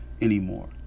Anymore